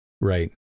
Right